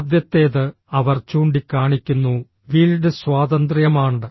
ആദ്യത്തേത് അവർ ചൂണ്ടിക്കാണിക്കുന്നു ഫീൽഡ് സ്വാതന്ത്ര്യമാണ്